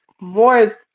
more